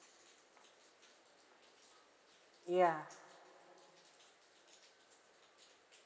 ya